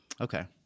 Okay